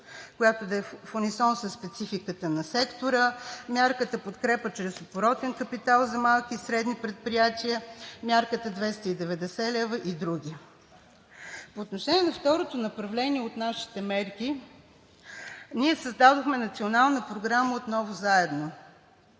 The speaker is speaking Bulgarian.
която да е в унисон със спецификата на сектора; мярката „Подкрепа чрез оборотен капитал за малки и средни предприятия“; мярката „290 лева“ и други. По отношение на второто направление от нашите мерки ние създадохме Национална програма „Отново заедно“.